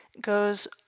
goes